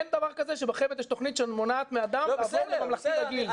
אין דבר כזה שבחמ"ד יש תכנית שמונעת מאדם לעבור לממלכתי רגיל.